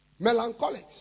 Melancholics